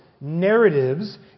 Narratives